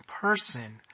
person